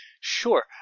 Sure